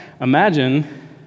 Imagine